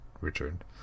returned